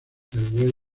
del